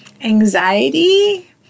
anxiety